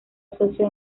socio